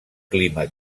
clima